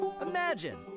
Imagine